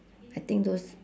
I think those